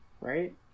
Right